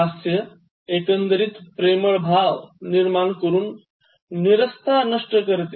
हास्य एकंदरीत प्रेमळ भाव निर्माण करून नीरसता नष्ट करते